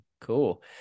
Cool